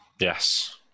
Yes